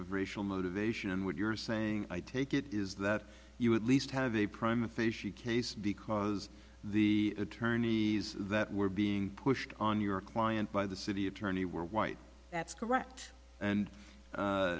of racial motivation and what you're saying i take it is that you at least have a prime case because the attorneys that were being pushed on your client by the city attorney were white that's correct and